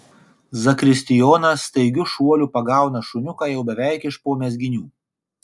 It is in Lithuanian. zakristijonas staigiu šuoliu pagauna šuniuką jau beveik iš po mezginių